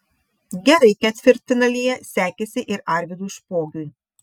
gerai ketvirtfinalyje sekėsi ir arvydui špogiui